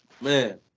Man